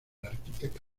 arquitecto